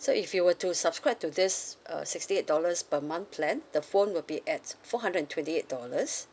so if you were to subscribe to this uh sixty eight dollars per month plan the phone will be at four hundred and twenty eight dollars